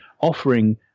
offering